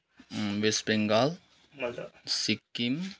West Bengal Sikkim